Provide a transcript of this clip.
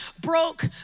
broke